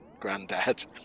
Granddad